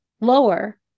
lower